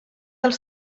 els